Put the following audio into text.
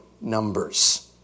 numbers